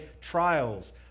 trials